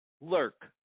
lurk